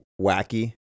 wacky